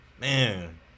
Man